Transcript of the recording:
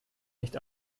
nicht